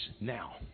now